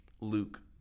Luke